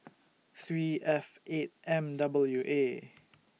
three F eight M W A